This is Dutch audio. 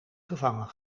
gevangen